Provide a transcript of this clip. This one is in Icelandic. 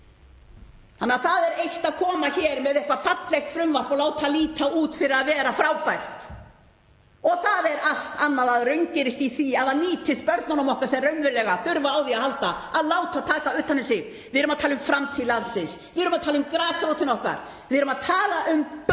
veginn. Það er eitt að koma hér með eitthvert fallegt frumvarp og láta það líta út fyrir að vera frábært en það er allt annað að það raungerist í því að nýtast börnunum okkar sem raunverulega þurfa á því að halda að láta taka utan um sig. Við erum að tala um framtíð landsins, við erum að tala um grasrótina okkar, við erum að tala um börnin